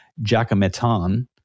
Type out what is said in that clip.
jacometan